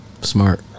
Smart